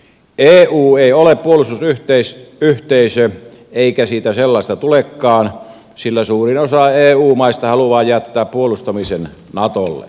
eu ei ole puolustusyhteisö eikä siitä sellaista tulekaan sillä suurin osa eu maista haluaa jättää puolustamisen natolle